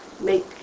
make